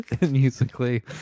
musically